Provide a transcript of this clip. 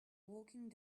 walking